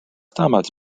damals